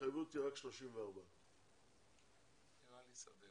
ההתחייבות תהיה על 34. נראה לי סביר.